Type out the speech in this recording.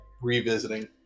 revisiting